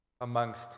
amongst